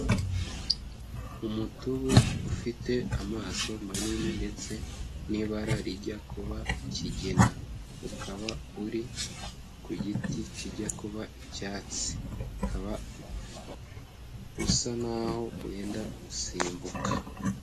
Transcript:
Umutubu ufite amaso manini ndetse n'ibara rijya kuba ikigina, ukaba uri ku giti kijya kuba icyatsi, ukaba usa naho wenda gusimbuka.